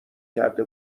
کرده